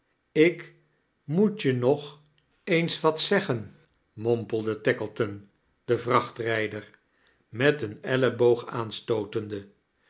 ik moet je nog eens wat zeggen mompelde tackleton den vrachtrijder met den elleboog aanstootende